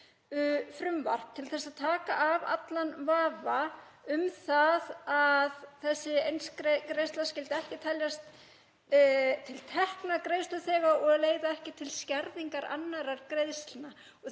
frumvarp til að taka af allan vafa um það að þessi eingreiðsla skyldi ekki teljast til tekna greiðsluþega og leiða ekki til skerðingar annarra greiðslna.